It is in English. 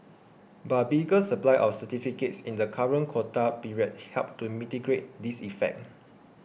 but a bigger supply of certificates in the current quota period helped to mitigate this effect